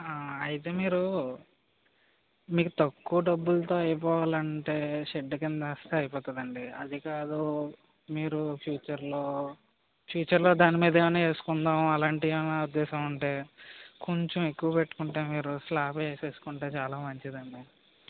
అయితే మీరు మీకు తక్కువ డబ్బులతో అయిపోవాలంటే షెడ్ కింద వేస్తే అయిపోతుందండి అది కాదు మీరు ఫ్యూచర్ల్లో ఫ్యూచర్ల్లో దాని మీద ఏమైనా వేసుకుందాం అలాంటివి ఏమైనా ఉద్దేశం ఉంటే కొంచం ఎక్కువ పెట్టుకుంటే మీరు స్లాబ్ వేసేసుకుంటే చాలా మంచిది అండి